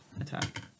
attack